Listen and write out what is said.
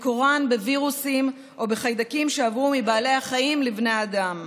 מקורן בווירוסים או בחיידקים שעברו מבעלי החיים לבני האדם.